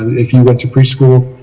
if you went to preschool.